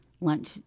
lunch